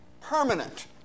permanent